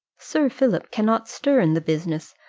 sir philip cannot stir in the business,